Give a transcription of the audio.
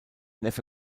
neffe